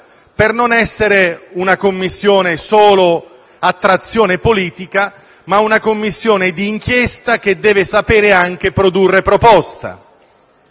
per non essere una Commissione solo a trazione politica, ma una Commissione d'inchiesta, che deve sapere anche produrre proposte.